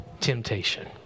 temptation